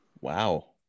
Wow